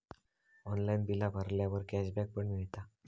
online बिला भरल्यावर cashback पण मिळता